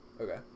Okay